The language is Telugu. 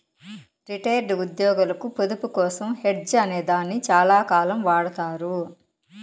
రిటైర్డ్ ఉద్యోగులకు పొదుపు కోసం హెడ్జ్ అనే దాన్ని చాలాకాలం వాడతారు